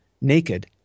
naked